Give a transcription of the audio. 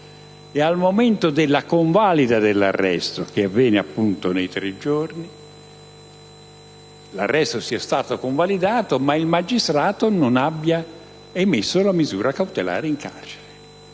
e, al momento della convalida dell'arresto, che avviene appunto nei tre giorni, l'arresto sia stato convalidato, ma il magistrato non abbia emesso la misura cautelare in carcere?